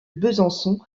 besançon